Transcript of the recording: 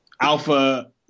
Alpha